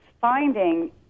finding